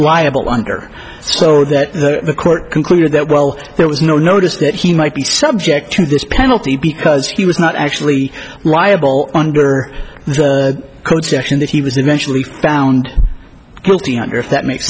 liable under so that the court concluded that while there was no notice that he might be subject to this penalty because he was not actually liable under the concession that he was eventually found guilty on earth that makes